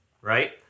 right